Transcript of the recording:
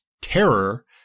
terror